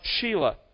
Sheila